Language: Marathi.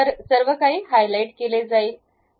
तर सर्वकाही हायलाइट केले आहे